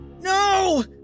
No